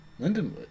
Lindenwood